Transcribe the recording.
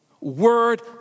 word